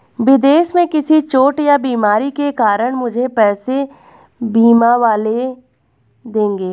विदेश में किसी चोट या बीमारी के कारण मुझे पैसे बीमा वाले देंगे